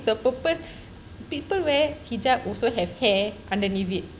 the purpose people wear hijab also have hair underneath it